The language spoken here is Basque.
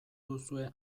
duzue